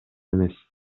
эмес